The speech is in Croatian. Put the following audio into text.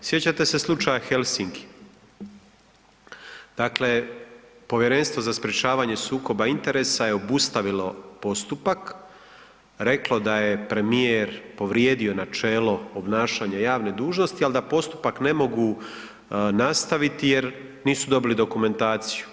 Sjećate se slučaja „Helsinki“ dakle, Povjerenstvo za sprječavanje sukoba interesa je obustavilo postupak, reklo da je premijer povrijedio načelo obnašanja javne dužnosti ali da postupak ne mogu nastaviti jer nisu dobili dokumentaciju.